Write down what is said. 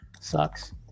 Sucks